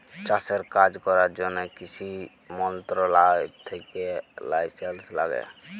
চাষের কাজ ক্যরার জ্যনহে কিসি মলত্রলালয় থ্যাকে লাইসেলস ল্যাগে